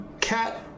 cat